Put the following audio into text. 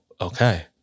okay